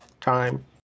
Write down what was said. time